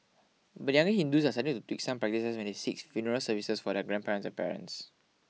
but younger Hindus are starting to tweak some practices when they seek funeral services for their grandparents and parents